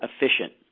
efficient